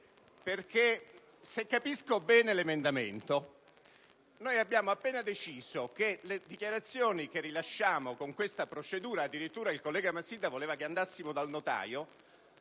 surreale. Se capisco bene l'emendamento, noi abbiamo appena deciso che le dichiarazioni che vengono rilasciate con questa procedura (addirittura il collega Massidda voleva che si andasse dal notaio)